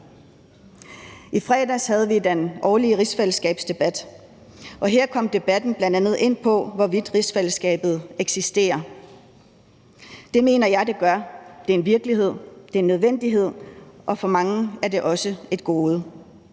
I fredags havde vi den årlige rigsfællesskabsdebat, og her kom debatten bl.a. ind på, hvorvidt rigsfællesskabet eksisterer. Det mener jeg det gør. Det er en virkelighed, det er en nødvendighed, og for mange er det også et gode.